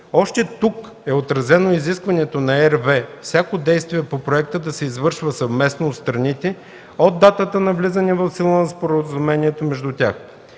Още тук е отразено изискването на РВЕ всяко действие по проекта да се извършва съвместно от страните от датата на влизане в сила на споразумението между тях.